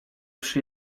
przy